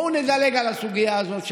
בואו נדלג על הסוגיה הזאת.